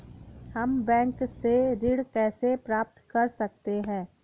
हम बैंक से ऋण कैसे प्राप्त कर सकते हैं?